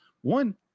one